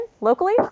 locally